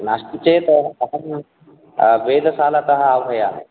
नास्ति चेत् अहं वेदसालातः आह्वयामि